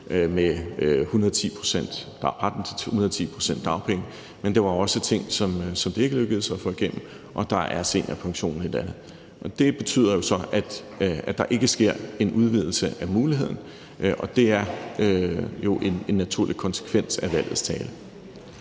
til 110 pct. dagpenge, men der var også ting, som det ikke lykkedes at få igennem, og der er seniorpensionen en af dem. Det betyder så, at der ikke sker en udvidelse af muligheden, og det er jo en naturlig konsekvens af valgets tale.